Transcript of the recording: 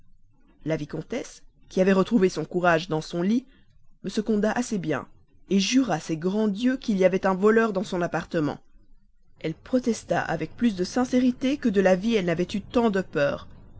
la vicomtesse qui avait retrouvé son courage dans son lit me seconda assez bien jura ses grands dieux qu'il y avait un voleur dans son appartement elle protesta avec plus de sincérité que de la vie elle n'avait eu tant de peur